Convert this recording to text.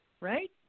Right